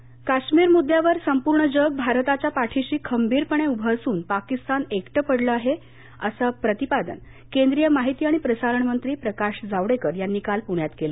जावडेकर काश्मीर मुद्द्यावर संपूर्ण जग भारताच्या पाठीशी खंबीरपणे उभं असून पाकिस्तान एकटं पडलं आहे असं प्रतिपादन केंद्रीय माहिती आणि प्रसारण मंत्री प्रकाश जावडेकर यांनी काल पुण्यात केलं